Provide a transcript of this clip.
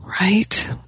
Right